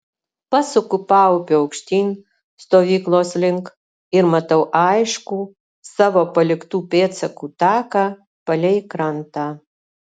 pasuku paupiu aukštyn stovyklos link ir matau aiškų savo paliktų pėdsakų taką palei krantą